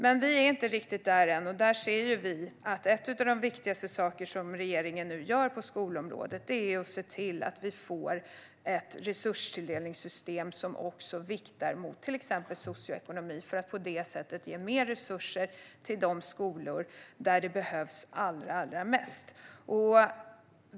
Vi är dock inte riktigt där än, och vi ser att en av de viktigaste sakerna regeringen nu gör på skolområdet är att se till att vi får ett resurstilldelningssystem som också viktar mot till exempel socioekonomi för att på det sättet ge mer resurser till de skolor där det behövs allra mest.